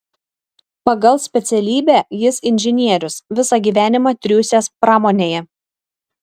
pagal specialybę jis inžinierius visą gyvenimą triūsęs pramonėje